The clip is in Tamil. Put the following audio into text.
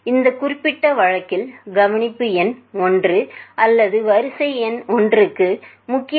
எனவே இந்த குறிப்பிட்ட வழக்கில் கவனிப்பு எண் 1 அல்லது வரிசை எண் 1 க்கு முக்கிய மதிப்பு 424